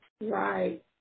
Right